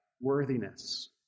worthiness